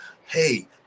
hey